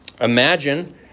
Imagine